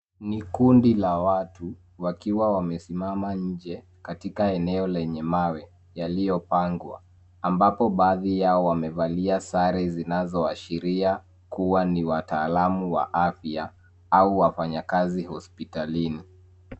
Ni kundi la watu, wakiwa wamesimama nje katika eneo lenye mawe, yaliyopangwa, ambapo baadhi yao wamevalia sare zinazoashiria kuwa ni wataalamu wa afya au wafanyikazi hospitalini.